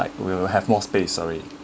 like we will have more space sorry